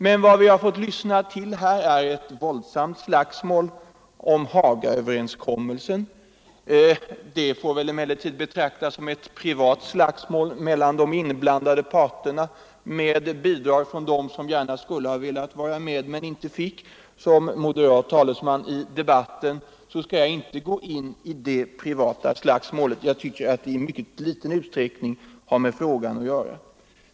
Men vad vi har fått lyssna till här är bl.a. en fejd om Hagaöverenskommelsen. Det får väl emellertid betraktas som ett privat slagsmål mellan de inblandade parterna — med bidrag från dem som gärna skulle ha velat vara med men inte fick. Som moderat talesman i debatten skall jag inte gå in i det privata slagsmålet. Jag tycker att det i mycket liten utsträckning har med ämnet att göra.